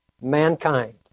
mankind